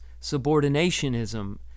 subordinationism